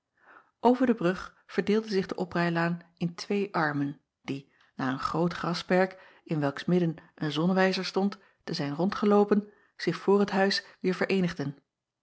ver de brug verdeelde zich de oprijlaan in twee armen die na een groot grasperk in welks midden een zonnewijzer stond te zijn rondgeloopen zich voor het huis weêr vereenigden